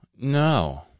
No